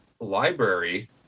library